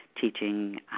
teaching